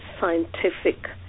scientific